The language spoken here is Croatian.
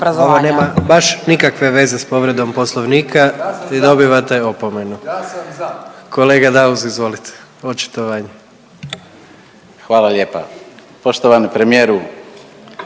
Ovo nema baš nikakve veze s povredom Poslovnika i dobivate opomenu. .../Upadica: Ja sam za./... Kolega Daus, izvolite očitovanje. **Daus, Emil (IDS)** Hvala lijepa. Poštovani premijeru,